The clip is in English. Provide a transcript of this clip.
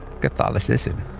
Catholicism